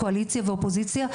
קואליציה ואופוזיציה,